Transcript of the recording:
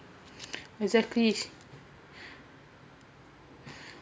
exactly